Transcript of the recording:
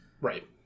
right